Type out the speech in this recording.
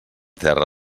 terra